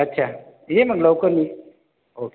अच्छा ये मग लवकर ये ओके